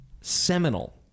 seminal